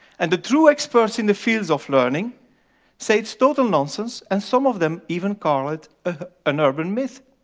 and the true experts in the field of learning say it's total nonsense and some of them even call it ah an urban myth.